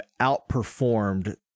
outperformed